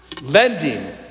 Lending